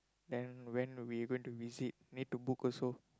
then when we going to visit need to book also